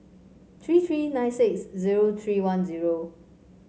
tree tree nine six zero tree one zero